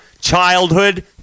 childhood